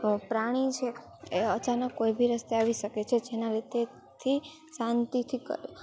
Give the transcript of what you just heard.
પ્રાણી છે એ અચાનક કોઈ બી રસ્તે આવી શકે છે જેના લીધેથી શાંતિથી કર